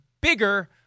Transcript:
bigger